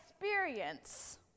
experience